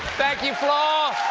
thank you, flaw!